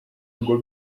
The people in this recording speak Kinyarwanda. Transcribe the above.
ngo